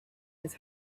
his